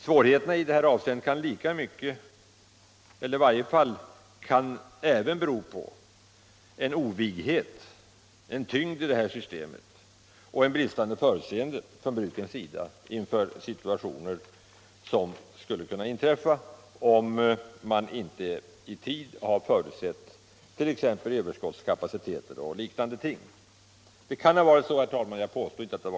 Svårigheterna i det här avseendet kan i varje fall även bero på en osmidighet i systemet och på att bruken inte har förutsett vilken situation som skulle kunna uppstå till följd av att de inte i tid har skaffat sig kapacitet att ta emot överskott på skrot. Detta kan vara en orsak till svårigheterna, herr talman, men jag påstår det inte.